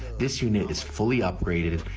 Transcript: this unit is fully upgraded